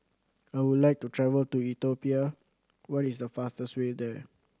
I would like to travel to Ethiopia what is the fastest way there